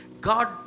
God